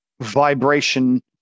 vibration